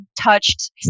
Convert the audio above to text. touched